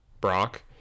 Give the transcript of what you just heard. Brock